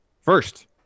First